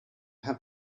have